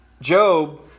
Job